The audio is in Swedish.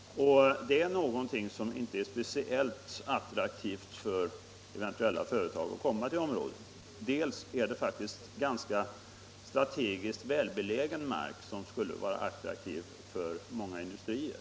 Och det är någonting som gör att det inte är speciellt attraktivt för andra företag att lokalisera sig till området. Dessutom är detta en strategiskt välbelägen mark, som i annat fall skulle vara attraktiv för många industrier.